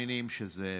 מאמינים שזו אמת.